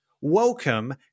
Welcome